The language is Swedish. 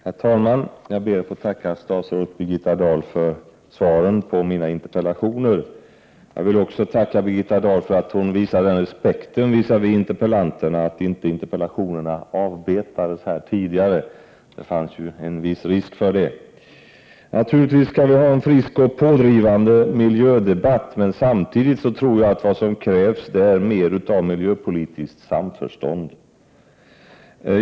Herr talman! Jag ber att få tacka statsrådet Birgitta Dahl för svaren på mina interpellationer. Jag vill också tacka Birgitta Dahl för att hon visar den respekten visavi interpellanterna att interpellationerna inte avbetades tidigare — det fanns ju en viss risk för det. Naturligtvis skall vi ha en frisk och pådrivande miljödebatt, men samtidigt tror jag att vad som krävs är mera av miljöpolitiskt samförstånd.